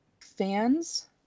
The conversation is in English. fans